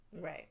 Right